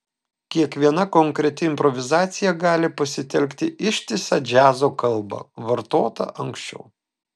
kiekviena konkreti improvizacija gali pasitelkti ištisą džiazo kalbą vartotą anksčiau